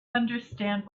understand